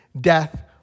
Death